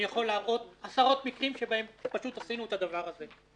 אני יכול להראות עשרות מקרים שבהם פשוט עשינו את הדבר הזה.